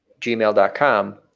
gmail.com